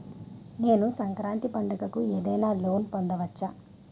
నేను సంక్రాంతి పండగ కు ఏదైనా లోన్ పొందవచ్చా?